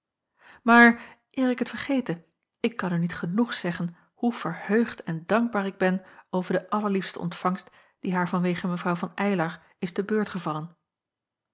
maar eer ik het vergete ik kan u niet genoeg zeggen hoe verheugd en dankbaar ik ben over de allerliefste ontvangst die haar vanwege mevrouw van eylar is te beurt gevallen